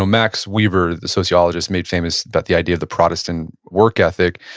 ah max weber, the sociologist made famous that the idea of the protestant work ethic,